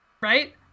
Right